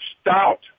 stout